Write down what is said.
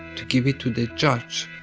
to give it to the judge.